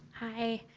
hi.